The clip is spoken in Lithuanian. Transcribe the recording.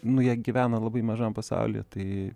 nu jie gyvena labai mažam pasaulyje tai